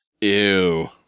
Ew